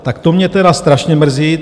Tak to mě tedy strašně mrzí.